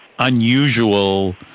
unusual